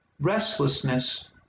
restlessness